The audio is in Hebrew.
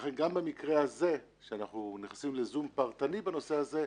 לכן גם במקרה הזה שאנחנו נכנסים לזום פרטני בנושא הזה,